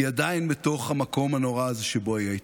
כי היא עדיין בתוך המקום הנורא הזה שבו היא הייתה.